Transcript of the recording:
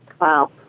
Wow